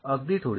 अगदी थोडी